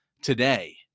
today